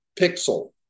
pixel